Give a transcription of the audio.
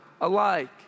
alike